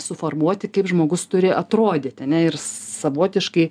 suformuoti kaip žmogus turi atrodyti ane ir savotiškai